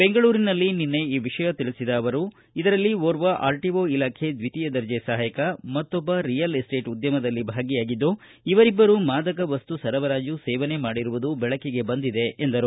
ಬೆಂಗಳೂರಿನಲ್ಲಿ ನಿನ್ನೆ ಈ ವಿಷಯ ತಿಳಿಸಿದ ಅವರು ಇದರಲ್ಲಿ ಓರ್ವ ಆರ್ಟಓ ಇಲಾಖೆ ದ್ವಿತೀಯ ದರ್ಜೆ ಸಹಾಯಕ ಮತ್ತೊಬ್ಬ ರಿಯಲ್ ಎಸ್ಟೇಲ್ ಉದ್ಧಮದಲ್ಲಿ ಭಾಗಿಯಾಗಿದ್ದು ಇವರಿಬ್ಬರೂ ಮಾದಕ ವಸ್ತು ಸರಬರಾಜು ಸೇವನೆ ಮಾಡಿರುವುದು ಬೆಳಕಿಗೆ ಬಂದಿದೆ ಎಂದರು